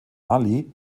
ali